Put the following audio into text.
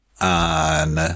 on